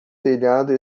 telhado